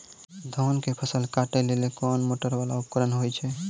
धान के फसल काटैले कोन मोटरवाला उपकरण होय छै?